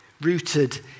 rooted